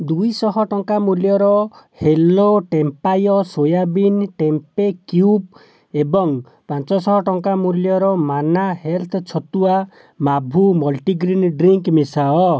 ଦୁଇଶହ ଟଙ୍କା ମୂଲ୍ୟର hello Tempayy soybean tempeh cube ଏବଂ ପାଞ୍ଚଶହ ଟଙ୍କା ମୂଲ୍ୟର ମାନ୍ନା ହେଲଥ୍ ଛତୁଆ ମାଭୂ ମଲ୍ଟିଗ୍ରେନ୍ ଡ୍ରିଙ୍କ୍ ମିଶାଅ